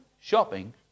shopping